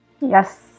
yes